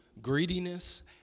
greediness